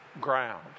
ground